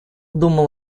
думал